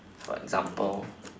for example